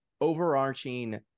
overarching